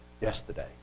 yesterday